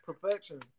perfection